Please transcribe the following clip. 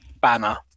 Banner